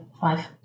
five